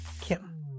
Kim